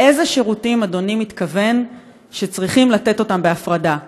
לאילו שירותים אדוני מתכוון שצריכים לתת אותם בהפרדה?